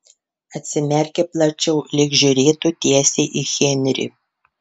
atsimerkė plačiau lyg žiūrėtų tiesiai į henrį